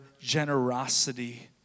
generosity